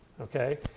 okay